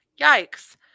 yikes